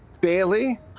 Bailey